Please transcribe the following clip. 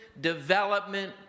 development